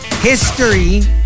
History